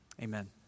Amen